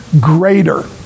greater